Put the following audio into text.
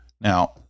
Now